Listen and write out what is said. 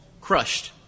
crushed